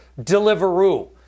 Deliveroo